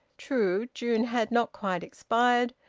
true, june had not quite expired,